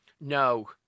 No